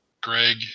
Greg